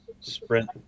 sprint